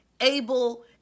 able